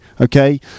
okay